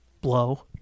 blow